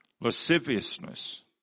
lasciviousness